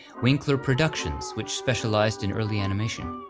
winkler productions, which specialized in early animation.